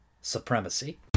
Supremacy